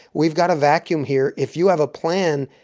we've got a vacuum here. if you have a plan,